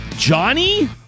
Johnny